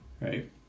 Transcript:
right